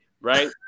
right